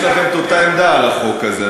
יש לכם את אותה עמדה על החוק הזה,